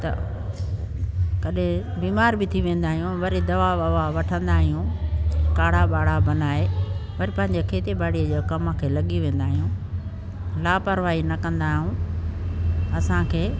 त कॾहिं बीमार बि थी वेंदा आहियूं दवा बवा वठंदा आहियूं काड़ा बाड़ा बनाए वरी पंहिंजी खेती ॿाड़ीअ खे लॻी वेंदा आहियूं लापरवाही न कंदा आहियूं असांखे